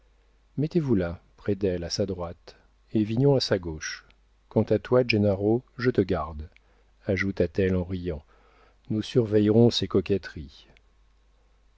mettez-vous là près d'elle à sa droite et vignon à sa gauche quant à toi gennaro je te garde ajouta-t-elle en riant nous surveillerons ses coquetteries